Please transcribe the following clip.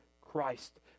Christ